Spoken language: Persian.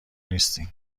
نیستین